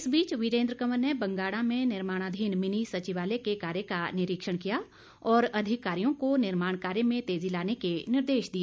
इस बीच वीरेन्द्र कंवर ने बंगाणा में निर्माणाधीन मिनी सचिवालय के कार्य का निरीक्षण किया और अधिकारियों को निर्माण कार्य में तेज़ी लाने के निर्देश दिए